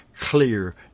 clear